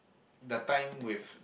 the time with